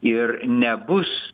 ir nebus